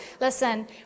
Listen